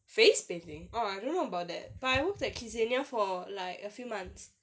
face painting orh I don't know about that time but I worked at kidzania for like a few months